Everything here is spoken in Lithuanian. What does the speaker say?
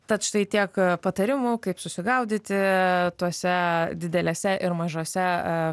tad štai tiek patarimų kaip susigaudyti tose didelėse ir mažose